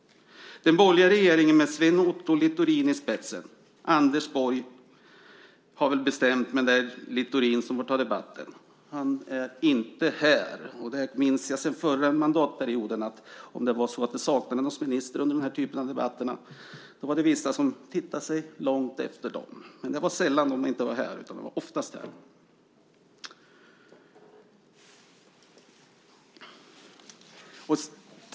Den borgerliga regeringen med Sven Otto Littorin och Anders Borg i spetsen har väl bestämt, men det är Littorin som får ta debatten. Han är inte här. Jag minns från förra mandatperioden att om det saknades någon minister under den här typen av debatter var det vissa som tittade långt efter dem. Men det var sällan som de inte var här, utan de var oftast här.